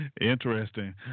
Interesting